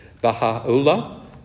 Baha'u'llah